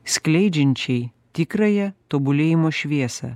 skleidžiančiai tikrąją tobulėjimo šviesą